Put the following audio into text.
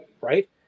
right